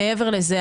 מעבר לזה,